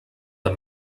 the